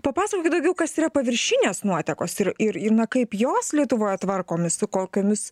papasakokit daugiau kas yra paviršinės nuotekos ir ir na kaip jos lietuvoje tvarkomi su kokiomis